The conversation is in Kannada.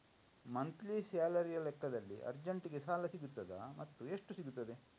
ಮಂತ್ಲಿ ಸ್ಯಾಲರಿಯ ಲೆಕ್ಕದಲ್ಲಿ ಅರ್ಜೆಂಟಿಗೆ ಸಾಲ ಸಿಗುತ್ತದಾ ಮತ್ತುಎಷ್ಟು ಸಿಗುತ್ತದೆ?